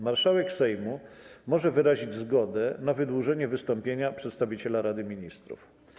Marszałek Sejmu może wyrazić zgodę na wydłużenie wystąpienia przedstawiciela Rady Ministrów.